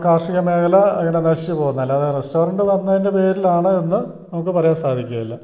കാർഷിക മേഖല ഇങ്ങനെ നശിച്ചു പോകുന്നത് അല്ലാതെ റെസ്റ്റോറൻ്റ് വന്നതിൻ്റെ പേരിലാണ് എന്നു നമുക്ക് പറയാൻ സാധിക്കുകയില്ല